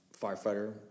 firefighter